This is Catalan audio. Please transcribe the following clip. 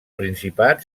principat